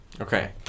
Okay